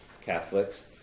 Catholics